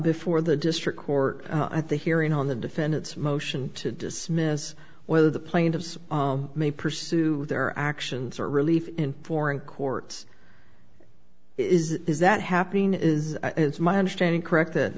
before the district court at the hearing on the defendant's motion to dismiss whether the plaintiffs may pursue their actions or relief in foreign courts is that happening is it's my understanding correct